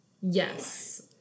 Yes